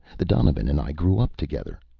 the donovan and i grew up together.